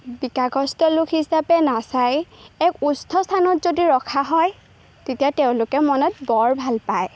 বিকাৰগ্ৰস্তলোক হিচাপে নাচাই এক উচ্চস্থানত যদি ৰখা হয় তেতিয়া তেওঁলোকে মনত বৰ ভাল পায়